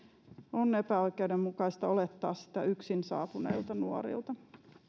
on epäoikeudenmukaista olettaa sitä yksin saapuneilta nuorilta